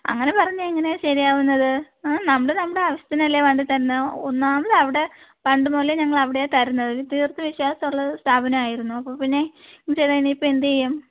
അങ്ങനെ പറഞ്ഞാൽ എങ്ങനെയാണ് ശരിയാവുന്നത് നമ്മൾ നമ്മുടെ ആവശ്യത്തിനല്ലേ വണ്ടി തരുന്നത് ഒന്നാമത് അവിടെ പണ്ടുമുതലേ ഞങ്ങളവിടെയാണ് തരുന്നത് തീർത്തും വിശ്വാസമുള്ളൊരു സ്ഥാപനമായിരുന്നു അപ്പോൾപ്പിന്നെ ഇങ്ങനെ ചെയ്താൽ ഇനിയിപ്പോൾ എന്തു ചെയ്യും